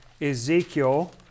Ezekiel